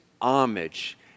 homage